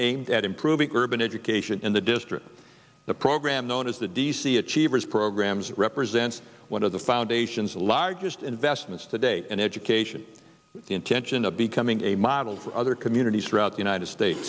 a at improving urban education in the district the program known as the d c achievers programs represents one of the foundations largest investments to date and education the intention of becoming a model for other communities throughout the united states